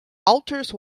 altars